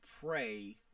pray